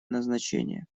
назначение